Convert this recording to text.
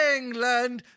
England